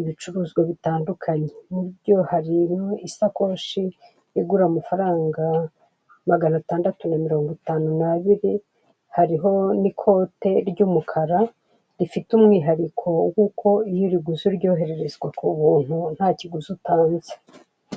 ibicuruzwa bitandukanye, muri ibyo harimo isakoshi igura amafaranga magana atandatu na mirongo itanu n'abiri hariho n'ikote ry'umukara rifite umwihariko w'uko iyo uriguze uryohererezwa ku buntu nta kiguzi utanze.